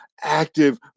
active